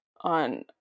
on